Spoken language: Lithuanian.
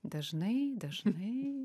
dažnai dažnai